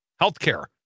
Healthcare